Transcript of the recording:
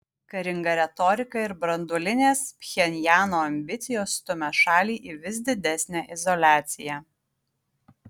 karinga retorika ir branduolinės pchenjano ambicijos stumia šalį į vis didesnę izoliaciją